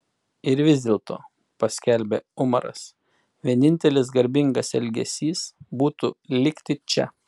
ir vis dėlto paskelbė umaras vienintelis garbingas elgesys būtų likti čia